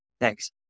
Thanks